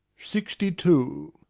sixty-two.